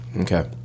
Okay